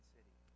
City